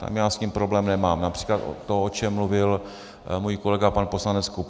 Tam já s tím problém nemám, například to, o čem mluvil můj kolega pan poslanec Kupka.